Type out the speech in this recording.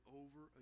over